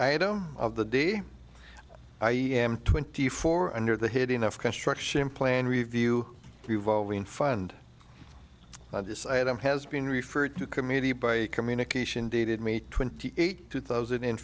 zero of the day i am twenty four under the heading of construction plan review revolving fund this item has been referred to committee by communication dated may twenty eighth two thousand